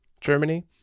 germany